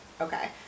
okay